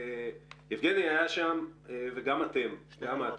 יבגני היה שם וגם את, אפרת,